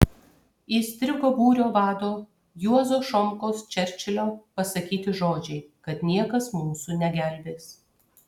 įstrigo būrio vado juozo šomkos čerčilio pasakyti žodžiai kad niekas mūsų negelbės